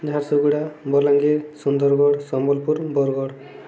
Jharsuguda Balangir Sundargarh Sambalpur Bargarh